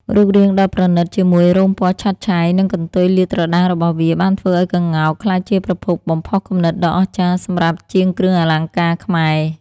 រូបរាងដ៏ប្រណិត ជាមួយរោមពណ៌ឆើតឆាយ និងកន្ទុយលាតត្រដាងរបស់វា បានធ្វើឱ្យក្ងោកក្លាយជាប្រភពបំផុសគំនិតដ៏អស្ចារ្យសម្រាប់ជាងគ្រឿងអលង្ការខ្មែរ។